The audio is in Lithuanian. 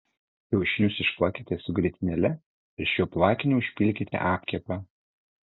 kiaušinius išplakite su grietinėle ir šiuo plakiniu užpilkite apkepą